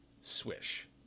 Swish